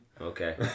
Okay